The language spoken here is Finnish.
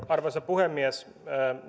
arvoisa puhemies